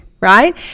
right